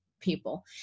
people